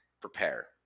prepare